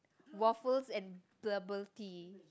waffles and bubble tea